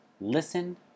listen